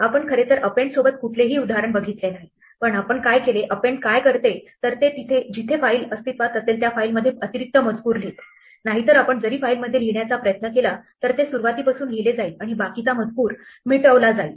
आपण खरे तर append सोबत कुठलेही उदाहरण बघितले नाही पण आपण काय केले append काय करते तर ते जिथे फाईल अस्तित्वात असेल त्या फाईल मध्ये अतिरिक्त मजकूर लिहिते नाहीतर आपण जरी फाईल मध्ये लिहिण्याचा प्रयत्न केला तर ते सुरुवातीपासून लिहिले जाईल आणि बाकीचा मजकूर मिटवला जाईल